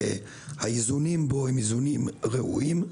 שהאיזונים בו הם איזונים ראויים,